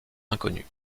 inconnue